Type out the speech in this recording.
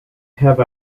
have